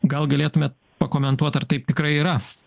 gal galėtumėt pakomentuot ar taip tikrai yra